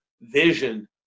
vision